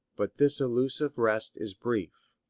but this elusive rest is brief.